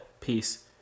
Peace